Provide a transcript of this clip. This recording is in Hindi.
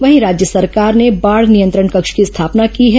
वहीं राज्य सरकार ने बाढ़ नियंत्रण कक्ष की स्थापना की है